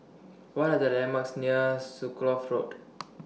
What Are The landmarks near Road